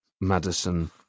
Madison